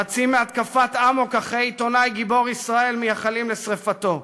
רצים בהתקפת אמוק אחרי עיתונאי גיבור ישראל ומייחלים לשרפתו.